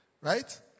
right